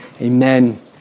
Amen